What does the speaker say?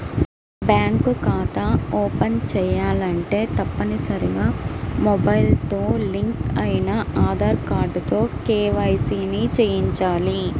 bank ఖాతా open చేయాలంటే తప్పనిసరిగా మొబైల్ తో లింక్ అయిన ఆధార్ కార్డుతో కేవైసీ ని చేయించాలి